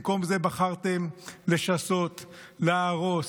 במקום זה בחרתם לשסות, להרוס,